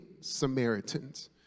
Samaritans